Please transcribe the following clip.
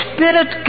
Spirit